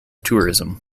tourism